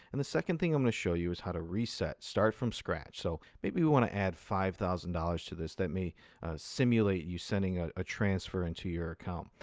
and the second thing i want to show you is how to reset, start from scratch. so maybe we want to add five thousand dollars to this. that may simulate you sending a ah transfer into your account.